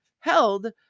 held